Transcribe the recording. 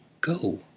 go